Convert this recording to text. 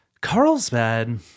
Carlsbad